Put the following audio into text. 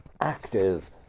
active